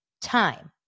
time